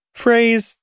phrase